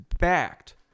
backed